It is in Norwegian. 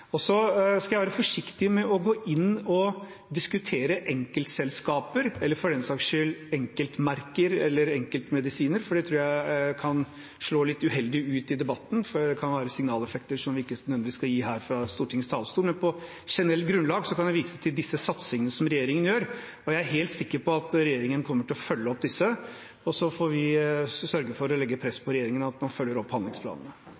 skal være forsiktig med å gå inn og diskutere enkeltselskaper eller for den saks skyld enkeltmerker eller enkeltmedisiner. Det tror jeg kan slå litt uheldig ut i debatten, for det kan være signaleffekter som vi ikke nødvendigvis skal gi fra Stortingets talerstol, men på generelt grunnlag kan jeg vise til de satsingene som regjeringen gjør. Jeg er helt sikker på at regjeringen kommer til å følge opp disse, og så får vi sørge for å legge press på regjeringen for at man følger opp handlingsplanene.